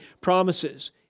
promises